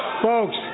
Folks